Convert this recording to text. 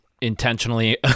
intentionally